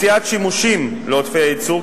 מציאת שימושים לעודפי הייצור,